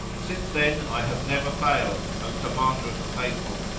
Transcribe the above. since then i have never failed, o commander of the faithful,